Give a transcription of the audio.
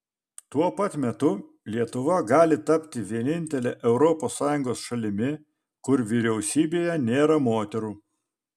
tuo pat metu lietuva gali tapti vienintele europos sąjungos šalimi kur vyriausybėje nėra moterų